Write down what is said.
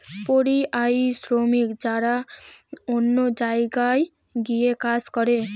পরিযায়ী শ্রমিক যারা অন্য জায়গায় গিয়ে কাজ করে